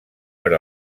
per